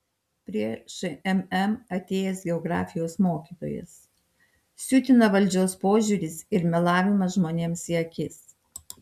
prie šmm atėjęs geografijos mokytojas siutina valdžios požiūris ir melavimas žmonėms į akis